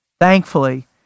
Thankfully